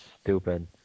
stupid